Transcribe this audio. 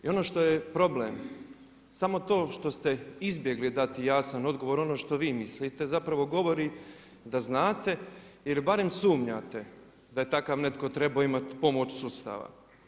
I ono što je problem, samo to što ste izbjegli dati jasan odgovor, ono što vi mislite zapravo govori da znate ili barem sumnjate da je takav netko trebao imati pomoć sustava.